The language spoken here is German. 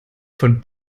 von